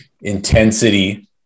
intensity